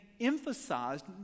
emphasized